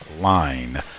line